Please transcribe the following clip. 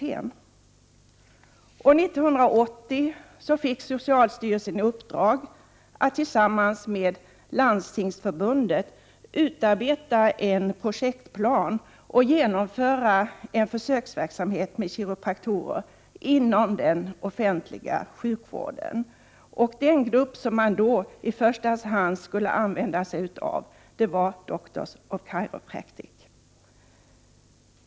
1980 fick socialstyrelsen i uppdrag att tillsammans med Landstingsförbundet utarbeta en projektplan och genomföra en försöksverksamhet med kiropraktorer inom den offentliga sjukvården. Den grupp som man i första hand skulle använda sig av var Doctors of Chiropractic.